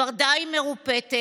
כבר די מרופטת,